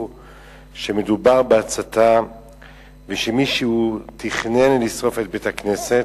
שמדובר בהצתה ושמישהו תכנן לשרוף את בית-הכנסת.